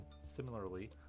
similarly